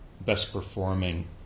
best-performing